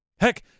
Heck